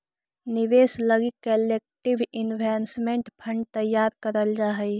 निवेश लगी collective investment fund तैयार करल जा हई